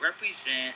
represent